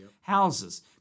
houses